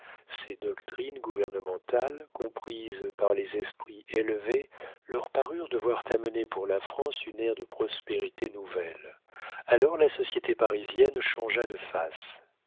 ses doctrines gouvernementales comprises par les esprits élevés leur parurent devoir amener pour la france une ère de prospérité nouvelle alors la société parisienne changea de face